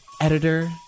editor